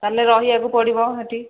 ତା'ହେଲେ ରହିବାକୁ ପଡ଼ିବ ସେଇଠି